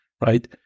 right